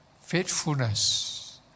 faithfulness